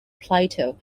plato